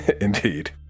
Indeed